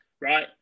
right